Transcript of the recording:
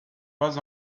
pas